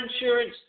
insurance